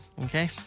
Okay